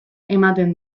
ematen